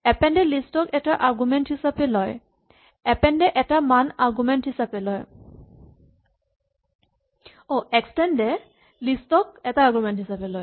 extend a list ক এটা argument হিচাপে লয়